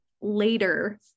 later